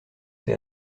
ces